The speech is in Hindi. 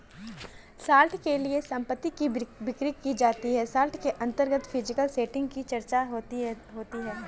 शॉर्ट के लिए संपत्ति की बिक्री की जाती है शॉर्ट के अंतर्गत फिजिकल सेटिंग की चर्चा होती है